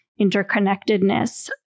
interconnectedness